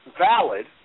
Valid